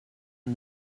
and